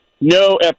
no